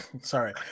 Sorry